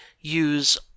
use